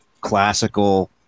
classical